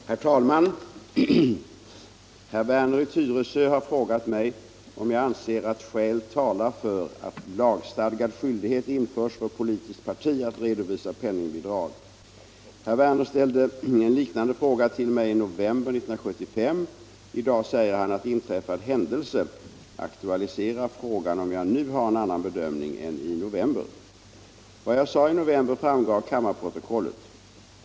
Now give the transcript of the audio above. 184, och anförde: = Herr talman! Herr Werner i Tyresö har frågat mig om jag anser att — Om skyldighet för skäl talar för att lagstadgad skyldighet införs för politiskt parti att redovisa = politiskt parti att penningbidrag. redovisa penningbi Herr Werner ställde en liknande fråga till mig i november 1975. I — drag dag säger han att inträffad händelse aktualiserar frågan om jag nu har en annan bedömning än i november. Vad jag sade i november framgår av kammarprotokollet.